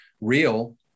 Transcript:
real